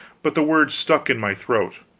but the words stuck in my throat.